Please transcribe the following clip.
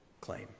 claim